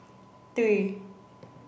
three